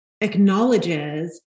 acknowledges